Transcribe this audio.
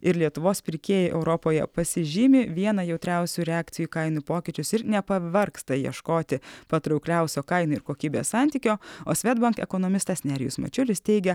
ir lietuvos pirkėjai europoje pasižymi viena jautriausių reakcijų į kainų pokyčius ir nepavargsta ieškoti patraukliausio kainų ir kokybės santykio o svedbank ekonomistas nerijus mačiulis teigia